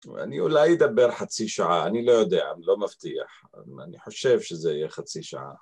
ואני אולי אדבר חצי שעה, אני לא יודע, אני לא מבטיח, אבל אני חושב שזה יהיה חצי שעה